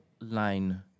line